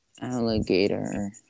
alligator